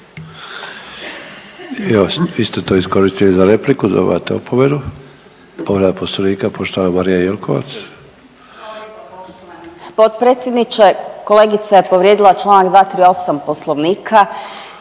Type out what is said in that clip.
ste to iskoristili za repliku, dobivate opomenu. Povreda Poslovnika poštovana Marija Jelkovac. **Jelkovac, Marija (HDZ)** Potpredsjedniče kolegica je povrijedila članak 238. Poslovnika.